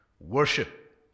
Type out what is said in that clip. worship